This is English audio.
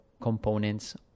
components